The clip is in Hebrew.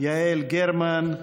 יעל גרמן,